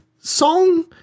song